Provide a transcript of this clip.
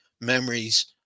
memories